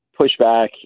pushback